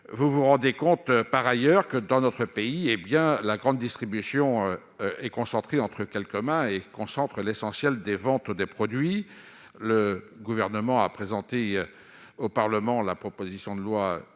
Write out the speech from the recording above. vous vous rendez compte par ailleurs que dans notre pays, hé bien, la grande distribution est concentré entre quelques mains et concentre l'essentiel des ventes des produits, le gouvernement a présenté au Parlement, la proposition de loi